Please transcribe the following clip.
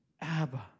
Abba